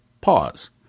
pause